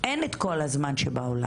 אין את כל הזמן שבעולם.